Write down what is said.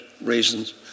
reasons